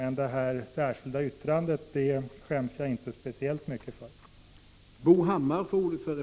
Men det särskilda yttrandet skäms jag inte speciellt mycket för.